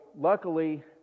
luckily